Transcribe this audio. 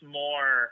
more